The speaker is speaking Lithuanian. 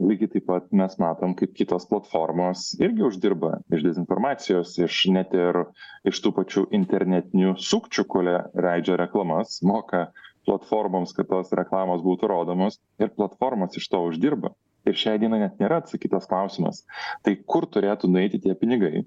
lygiai taip pat mes matom kaip kitos platformos irgi uždirba iš dezinformacijos iš net ir iš tų pačių internetinių sukčių kurie leidžia reklamas moka platformoms kad tos reklamos būtų rodomos ir platformos iš to uždirba ir šiai dienai net nėra atsakytas klausimas tai kur turėtų nueiti tie pinigai